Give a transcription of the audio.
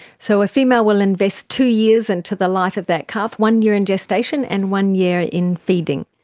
so a female will invest two years into the life of that calf, one year in gestation and one year in feeding.